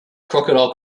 crocodile